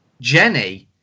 Jenny